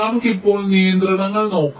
നമുക്ക് ഇപ്പോൾ നിയന്ത്രണങ്ങൾ നോക്കാം